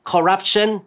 Corruption